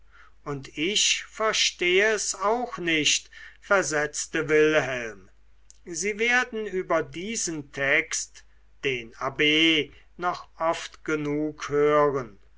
und ich verstehe es auch nicht versetzte wilhelm sie werden über diesen text den abb noch oft genug hören